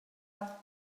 rhithdyb